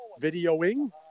videoing